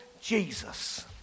Jesus